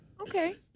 Okay